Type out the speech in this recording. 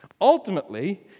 Ultimately